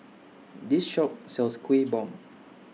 This Shop sells Kueh Bom